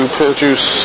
produce